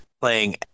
playing